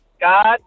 God